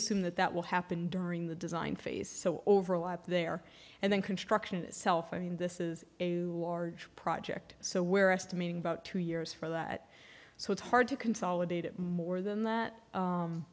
assume that that will happen during the design phase so overlap there and then construction itself i mean this is a large project so where estimating about two years for that so it's hard to consolidate it more than that